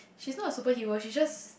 she is not a superhero she just